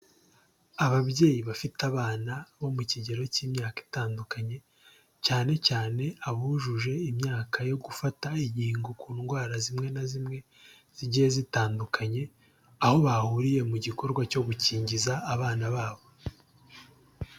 Ababyeyi bafite abana bo mu kigero cy'imyaka itandukanye, cyane cyane abujuje imyaka yo gufata inkingo ku ndwara zimwe na zimwe zigiye zitandukanye, aho bahuriye mu gikorwa cyo gukingiza abana babo.